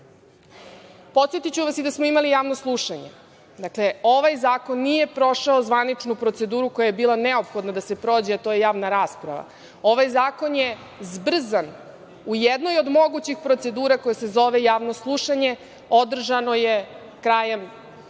vas i da smo imali javno slušanje. Dakle, ovaj zakon nije prošao zvaničnu proceduru koja je bila neophodna da se prođe, a to je javna rasprava. Ovaj zakon je zbrzan u jednoj od mogućih procedura koja se zove javno slušanje, održano je krajem